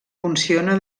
funciona